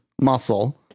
muscle